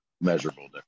measurable